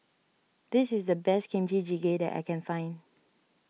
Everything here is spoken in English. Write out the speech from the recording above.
this is the best Kimchi Jjigae that I can find